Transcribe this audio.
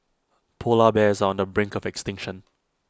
Polar Bears are on the brink of extinction